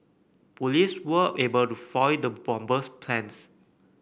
police were able to foil the bomber's plans